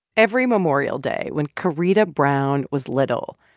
every memorial day, when karida brown was little,